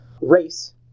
race